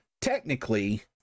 technically